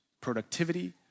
productivity